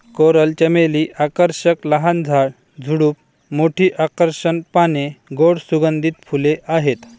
coral चमेली आकर्षक लहान झाड, झुडूप, मोठी आकर्षक पाने, गोड सुगंधित फुले आहेत